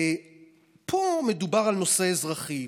פה מדובר על נושא אזרחי.